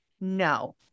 No